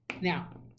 Now